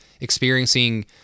experiencing